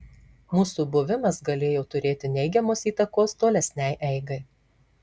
mūsų buvimas galėjo turėti neigiamos įtakos tolesnei eigai